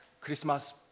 Christmas